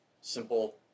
simple